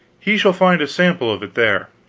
he shall find a sample of it there.